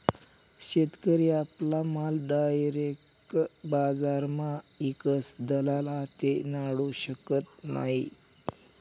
शेतकरी आपला माल डायरेक बजारमा ईकस दलाल आते नाडू शकत नै